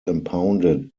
impounded